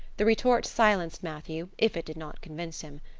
the retort silenced matthew if it did not convince him.